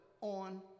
on